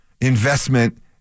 investment